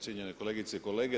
Cijenjene kolegice i kolege.